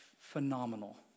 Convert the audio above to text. phenomenal